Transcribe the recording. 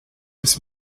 this